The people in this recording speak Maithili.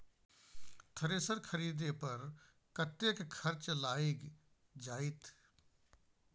थ्रेसर खरीदे पर कतेक खर्च लाईग जाईत?